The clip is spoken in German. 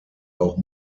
auch